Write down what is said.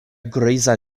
griza